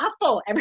awful